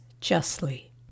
justly